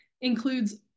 includes